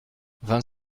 vingt